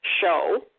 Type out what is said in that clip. show